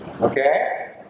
Okay